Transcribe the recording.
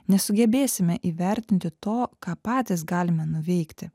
nesugebėsime įvertinti to ką patys galime nuveikti